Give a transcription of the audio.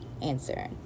answer